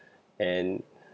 and